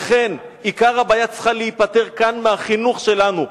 לכן, עיקר הבעיה צריכה להיפתר כאן, מהחינוך שלנו.